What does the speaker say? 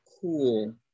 cool